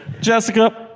Jessica